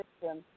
system